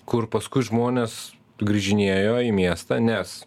kur paskui žmonės grįžinėjo į miestą nes